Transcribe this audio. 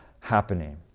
happening